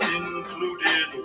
included